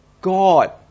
God